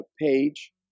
page